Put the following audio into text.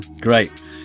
Great